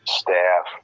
staff